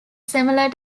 similar